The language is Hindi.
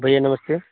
भैया नमस्ते